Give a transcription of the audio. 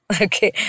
Okay